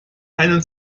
einen